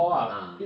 uh